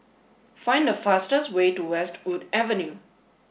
find the fastest way to Westwood Avenue